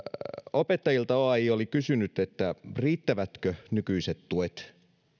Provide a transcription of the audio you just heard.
opettajilta oaj oli kysynyt riittävätkö nykyiset tuet